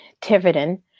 Tiverton